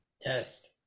Test